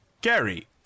Gary